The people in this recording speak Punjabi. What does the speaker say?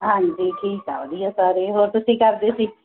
ਹਾਂਜੀ ਠੀਕ ਆ ਵਧੀਆ ਸਾਰੇ ਹੋਰ ਤੁਸੀਂ ਕਰਦੇ ਸੀ